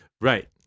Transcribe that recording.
Right